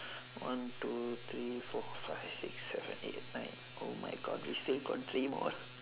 one two three four five six seven eight nine oh my god we still got three more